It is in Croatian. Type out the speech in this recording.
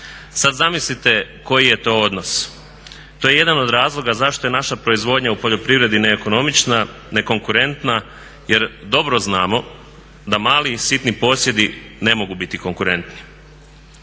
Sada zamislite koji je to odnos. To je jedan od razloga zašto je naša proizvodnji u poljoprivredi ne ekonomična, nekonkurentna jer dobro znamo da mali, sitni posjedi ne mogu biti konkurentni.